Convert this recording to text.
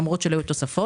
למרות שלא היו תוספות.